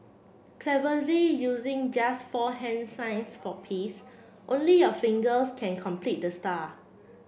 cleverly using just four hand signs for peace only your fingers can complete the star